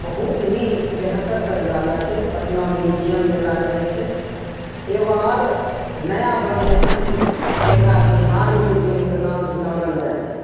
बहुत ही बेहतर संग्रहालय छै पटना म्युजियम जेकरा कहै छै एगो आर नया बनलै हन जेकरा बिहार म्युजियमके नामसे जानल जाइ छै